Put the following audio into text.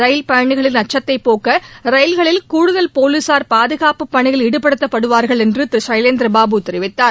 ரயில் பயணியகளின் அச்சத்தைப்போக்க ரயில்களில் கூடுதல் போலீசார் பாதுகாப்புப் பணியில் ஈடுபடுத்தப்படுவார்கள் என்று திரு சைலேந்திரபாபு தெரிவித்தார்